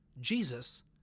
Jesus